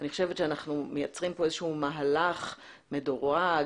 אני חושבת שאנחנו מייצרים מהלך מדורג,